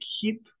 keep